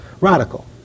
radical